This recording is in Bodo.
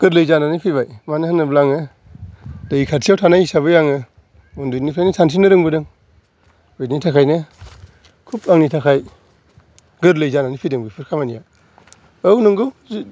गोरलै जानानै फैबाय मानो होनोब्ला आङो दै खाथिआव थानाय हिसाबै आङो उन्दैनिफ्राइनो सानस्रिनो रोंबोदों बिनि थाखायनो खुब आंनि थाखाय गोरलै जानानै फैदों बेफोर खामानिया औ नंगौ